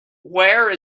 where